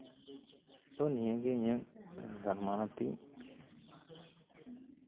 ᱛᱳ ᱱᱤᱭᱟᱹᱜᱮ ᱤᱧᱟᱹᱜ ᱜᱟᱞᱢᱟᱨᱟᱣᱛᱤᱧ